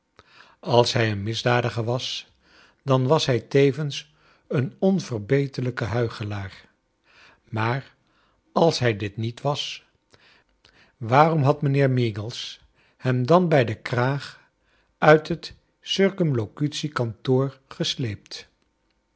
als hij een misdadiger was dan was hij tevens een onverbeterlijke huichelaar maar als hij dit niet was waarom had mijnheer meagles hem dan bij den kraag uit het circumlocutie kantoor gesleept